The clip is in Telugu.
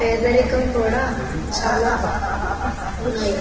పేదరికం కూడా చాలా ఉన్నాయి